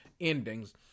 endings